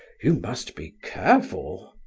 you must be careful.